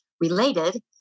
related